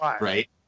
right